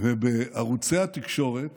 בערוצי התקשורת